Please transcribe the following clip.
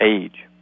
age